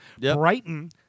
Brighton